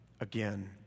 again